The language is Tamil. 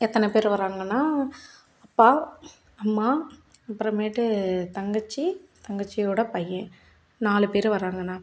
எத்தனை பேர் வராங்கன்னா அப்பா அம்மா அப்புறமேட்டு தங்கச்சி தங்கச்சியோடய பையன் நாலு பேர் வராங்கண்ணா